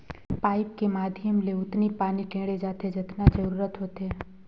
pipe के माधियम ले ओतनी पानी टेंड़े जाथे जतना जरूरत होथे